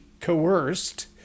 coerced